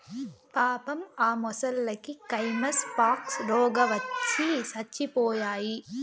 పాపం ఆ మొసల్లకి కైమస్ పాక్స్ రోగవచ్చి సచ్చిపోయాయి